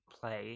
play